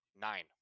Nine